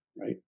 right